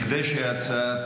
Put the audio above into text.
כדי שההצעה